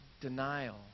denial